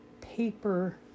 paper